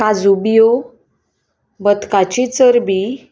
काजू बियो बतकाची चरबी